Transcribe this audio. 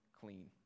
clean